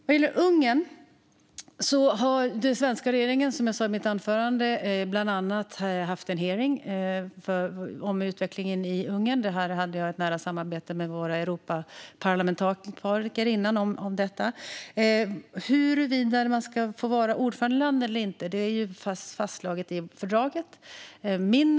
Vad gäller Ungern har den svenska regeringen som jag sa i mitt anförande bland annat haft en hearing om utvecklingen där. Detta hade jag ett nära samarbete med våra Europaparlamentariker om innan. Om man ska få vara ordförandeland eller inte har att göra med vad som är fastslaget i fördraget.